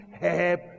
help